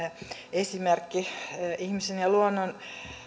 esimerkki ihmisen ja luonnon